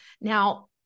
now